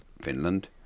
Finland